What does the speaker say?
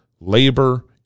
labor